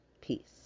peace